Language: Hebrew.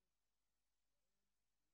זה נכון שיאיר לפיד מספר לנו כל הזמן שאנחנו מדינת אי,